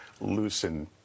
loosen